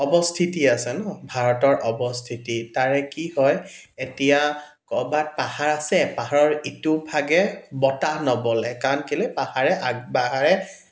অৱস্থিতি আছে ন ভাৰতৰ অৱস্থিতি তাৰে কি হয় এতিয়া কৰবাত পাহাৰ আছে পাহাৰৰ ইটোভাগে বতাহ নবলে কাৰণ কেলে পাহাৰে পাহাৰে